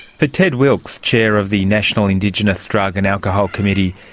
for ted wilkes, chair of the national indigenous drug and alcohol committee,